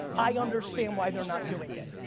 i understand why they're not doing it,